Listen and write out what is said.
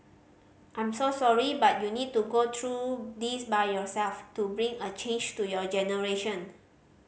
I'm so sorry but you need to go through this by yourself to bring a change to your generation